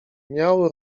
miał